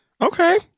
Okay